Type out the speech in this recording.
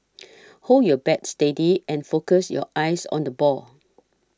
hold your bat steady and focus your eyes on the ball